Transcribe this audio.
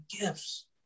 gifts